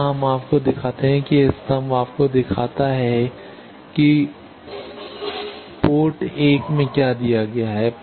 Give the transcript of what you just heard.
यहां हम आपको दिखाते हैं कि यह स्तंभ आपको दिखाता है कि पोर्ट 1 में क्या दिया गया है